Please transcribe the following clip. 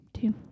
two